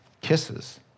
kisses